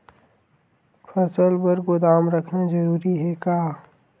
फसल बर गोदाम रखना जरूरी हे का?